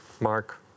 Mark